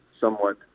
somewhat